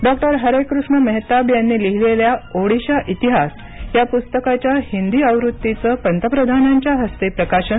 doctor Harekrushna Mahtab यांनी लिहीलेल्या ओडिशा इतिहास या प्स्तकाच्या हिंदी आवृत्तीचं पंतप्रधानांच्या हस्ते प्रकाशन